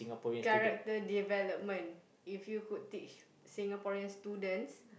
character development if you could teach Singaporean students